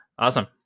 Awesome